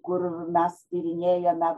kur mes tyrinėjame